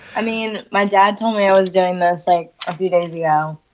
i mean, my dad told me i was doing this like a few days ago.